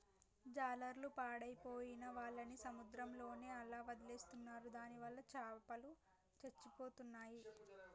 జాలర్లు పాడైపోయిన వాళ్ళని సముద్రంలోనే అలా వదిలేస్తున్నారు దానివల్ల చాపలు చచ్చిపోతున్నాయి